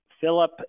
Philip